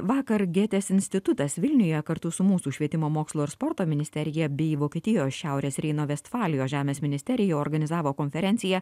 vakar gėtės institutas vilniuje kartu su mūsų švietimo mokslo ir sporto ministerija bei vokietijos šiaurės reino vestfalijos žemės ministerija organizavo konferenciją